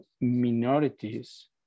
minorities